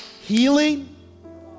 healing